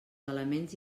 elements